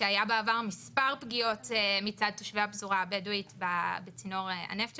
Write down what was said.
שהיו בעבר מספר פגיעות מצד תושבי הפזורה הבדואית בצינור הנפט שלהם,